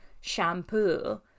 shampoo